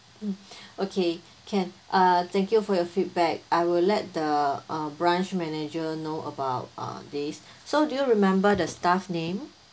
mm okay can uh thank you for your feedback I will let the uh branch manager know about uh this so do you remember the staff name